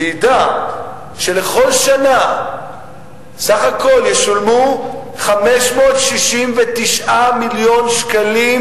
שידע שכל שנה ישולמו בסך הכול 569 מיליון שקלים